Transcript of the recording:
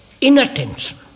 inattention